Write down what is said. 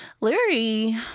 Larry